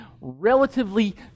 relatively